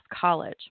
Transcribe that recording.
College